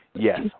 Yes